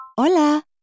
Hola